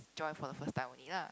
join for the first time only lah